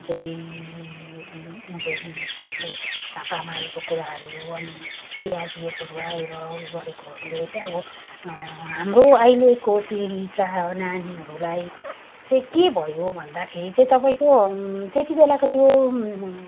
जुन चाहिँ अब जिबिसीहरूले छापा मारेको कुराहरू अनि सिआरपिएफहरू आएर उयो गरेकोहरूले चाहिँ अब हाम्रो अहिलेको पिँढीका नानीहरूलाई चाहिँ के भयो भन्दाखेरि चाहिँ तपाईँको त्यति बेलाको त्यो